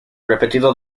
repetido